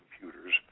computers